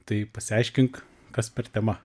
tai pasiaiškink kas per tema